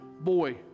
boy